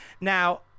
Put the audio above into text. Now